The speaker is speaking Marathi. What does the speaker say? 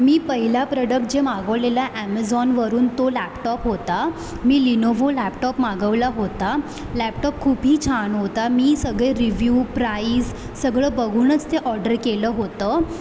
मी पहिला प्रोडक्ट जे मागवलेला ॲमेझॉनवरून तो लॅपटॉप होता मी लिनोवो लॅपटॉप मागवला होता लॅपटॉप खूपही छान होता मी सगळे रिव्हिव प्राइस सगळं बघूनच ते ऑर्डर केलं होतं